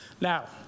Now